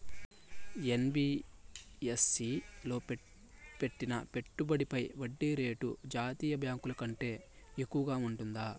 NBFC లో పెట్టిన పెట్టుబడి పై వడ్డీ రేటు జాతీయ బ్యాంకు ల కంటే ఎక్కువగా ఉంటుందా?